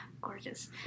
Gorgeous